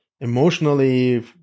emotionally